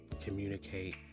communicate